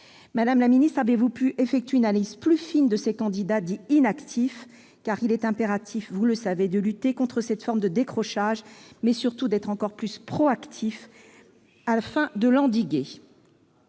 Madame la ministre, avez-vous pu effectuer une analyse plus fine de ces candidats dits « inactifs »? Il est impératif, vous le savez, de lutter contre cette forme de décrochage et d'être encore plus proactif afin de l'endiguer.